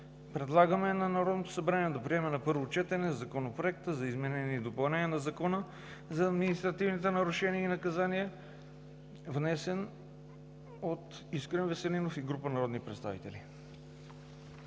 предлага на Народното събрание да приеме на първо гласуване Законопроект за изменение и допълнение на Закона за административните нарушения и наказания, № 954-01-23, внесен от Искрен Веселинов и група народни представители